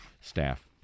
staff